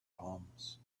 palms